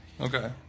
Okay